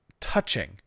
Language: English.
touching